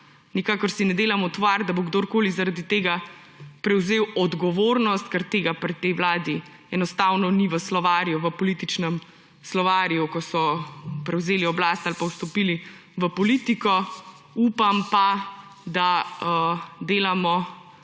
Nikakor si ne delam utvar, da bo kdo zaradi tega prevzel odgovornost, ker tega pri tej vladi enostavno ni v političnem slovarju, ko so prevzeli oblast ali pa vstopili v politiko. Upam pa, da delamo